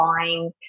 buying